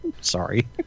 Sorry